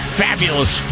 fabulous